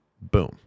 Boom